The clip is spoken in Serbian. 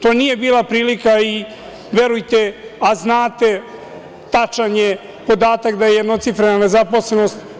To nije bila prilika i, verujte, a znate, tačan je podatak da je jednocifrena nezaposlenost.